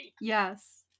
Yes